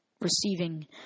receiving